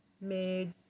made